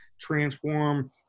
transform